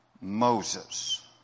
Moses